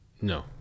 No